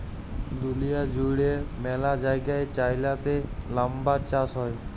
দুঁলিয়া জুইড়ে ম্যালা জায়গায় চাইলাতে লাম্বার চাষ হ্যয়